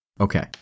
Okay